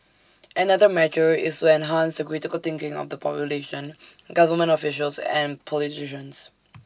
another measure is to enhance the critical thinking of the population government officials and politicians